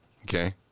okay